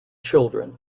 children